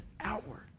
outward